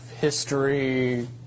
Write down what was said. history